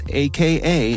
aka